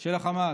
של החמאס,